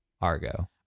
Argo